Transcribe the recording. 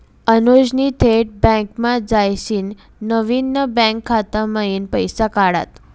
अनुजनी थेट बँकमा जायसीन नवीन ना बँक खाता मयीन पैसा काढात